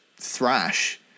thrash